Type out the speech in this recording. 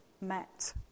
met